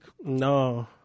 No